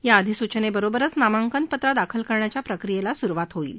या अधिसूचनेबरोबरच नामांकन पत्र दाखल करण्याच्या प्रक्रियेला सुरुवात होणार आहे